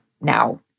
now